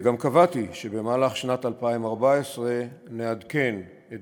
גם קבעתי שבמהלך שנת 2014 נעדכן את